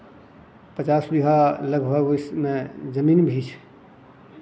पचास बीघा ओहिमे जमीन भी छै